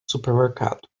supermercado